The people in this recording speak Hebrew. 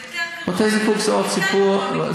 זה יותר גרוע, יותר גרוע